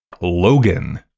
Logan